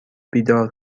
بیدار